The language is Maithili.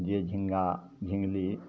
जे झिङ्गा झिङ्गली